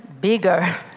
bigger